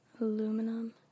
aluminum